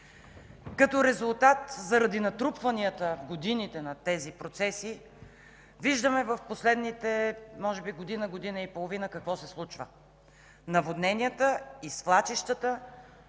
Като резултат, заради натрупванията в годините на тези процеси, виждаме в последните може би година-година и половина какво се случва – наводненията и свлачищата